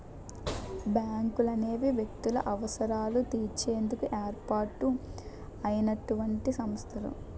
బ్యాంకులనేవి వ్యక్తుల అవసరాలు తీర్చేందుకు ఏర్పాటు అయినటువంటి సంస్థలు